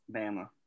Bama